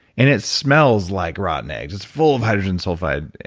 and it smells like rotten eggs, it's full of hydrogen sulfide.